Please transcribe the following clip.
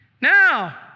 Now